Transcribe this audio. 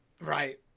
right